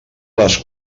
les